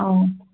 অঁ